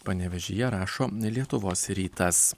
panevėžyje rašo lietuvos rytas